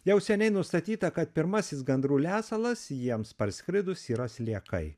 jau seniai nustatyta kad pirmasis gandrų lesalas jiems parskridus yra sliekai